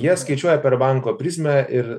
jie skaičiuoja per banko prizmę ir